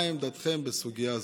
מה עמדתכם בסוגיה זו?